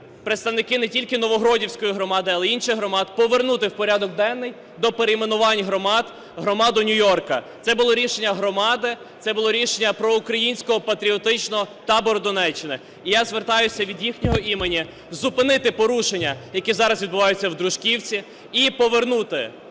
представники не тільки Новогродівської громади, але й інших громад, повернути в порядок денний до перейменувань громад громаду Нью-Йорка. Це було рішення громади, це було рішення проукраїнського патріотичного табору Донеччини. І я звертаюся, від їхнього імені, зупинити порушення, які зараз відбуваються в Дружківці і повернути